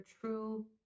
true